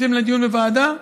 רוצים דיון בוועדה?